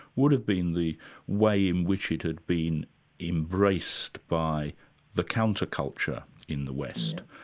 would have been the way in which it had been embraced by the counter-culture in the west,